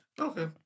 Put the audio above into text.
Okay